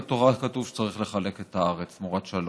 בתורה כתוב שצריך לחלק את הארץ תמורת שלום.